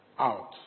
out